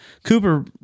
Cooper